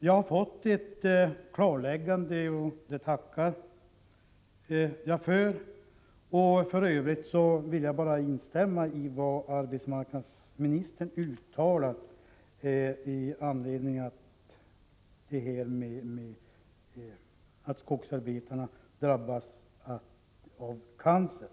Jag har fått ett klarläggande, och det tackar jag för. För övrigt vill jag bara instämma i vad arbetsmarknadsministern uttalar när det gäller de cancerrisker som drabbar skogsarbetare.